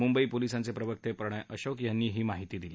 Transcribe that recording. मुंबई पोलिसांचे प्रवक्ते प्रणय अशोक यांनी ही माहिती दिली